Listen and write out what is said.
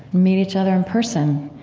meet each other in person.